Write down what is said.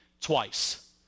twice